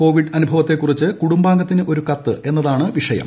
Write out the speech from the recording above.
Covid അനുഭവത്തെക്കുറിച്ച് കൂടുംബാംഗത്തിന് ഒരു കത്ത് എന്നതാണ് വിഷയം